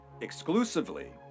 exclusively